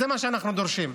זה מה שאנחנו דורשים.